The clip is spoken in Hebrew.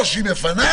או שהיא מפנה